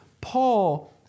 Paul